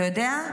אתה יודע?